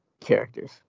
characters